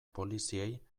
poliziei